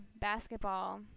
basketball